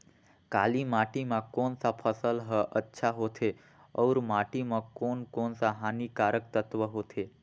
काली माटी मां कोन सा फसल ह अच्छा होथे अउर माटी म कोन कोन स हानिकारक तत्व होथे?